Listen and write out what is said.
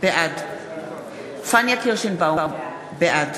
בעד פניה קירשנבאום, בעד